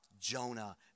Jonah